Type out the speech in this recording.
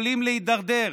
יכולים להידרדר.